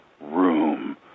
room